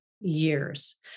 years